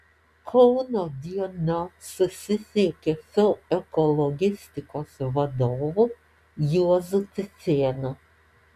kauno diena susisiekė su ekologistikos vadovu juozu cicėnu